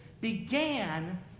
began